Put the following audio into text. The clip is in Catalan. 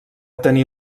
tenir